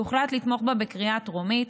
והוחלט לתמוך בה בקריאה הטרומית.